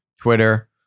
Twitter